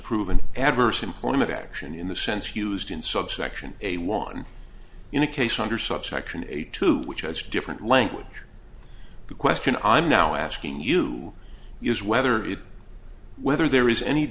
prove an adverse employment action in the sense used in subsection a one in a case under subsection a two which has different language the question i'm now asking you is whether it whether there is any